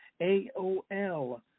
A-O-L